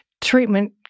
treatment